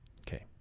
Okay